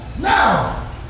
Now